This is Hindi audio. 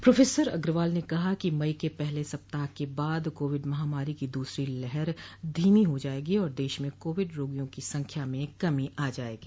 प्रोफेसर अग्रवाल ने कहा कि मई के पहले सप्ताह के बाद कोविड महामारो की दूसरी लहर धीमी हो जाएगी और देश में कोविड रोगियों की संख्या में कमी आ जाएगी